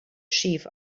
chief